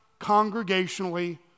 congregationally